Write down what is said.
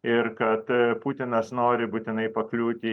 ir kad putinas nori būtinai pakliūti